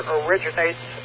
originates